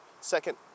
second